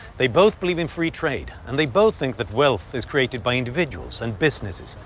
they both believe in free trade and they both think that wealth is created by individuals and businesses.